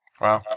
Wow